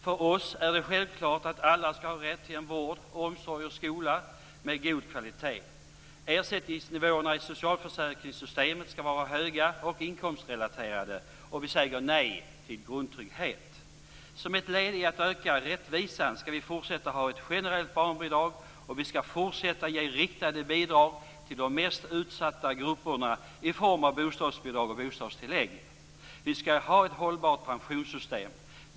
För oss är det självklart att alla skall ha rätt till en vård, omsorg och skola med god kvalitet. Ersättningsnivåerna i socialförsäkringssystemet skall vara höga och inkomstrelaterade, och vi säger nej till grundtrygghet. Som ett led i att öka rättvisan skall vi fortsätta ha ett generellt barnbidrag, och vi skall fortsätta ge riktade bidrag till de mest utsatta grupperna i form av bostadsbidrag och bostadstillägg. Vi skall ha ett hållbart pensionssystem.